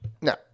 No